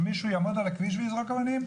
שמישהו יעמוד על הכביש ויזרוק אבנים,